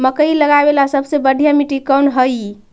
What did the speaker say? मकई लगावेला सबसे बढ़िया मिट्टी कौन हैइ?